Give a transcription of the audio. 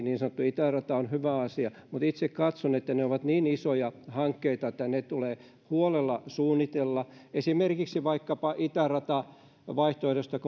niin sanottu itärata on myöskin hyvä asia mutta itse katson että ne ovat niin isoja hankkeita että ne tulee huolella suunnitella esimerkiksi itäratavaihtoehdosta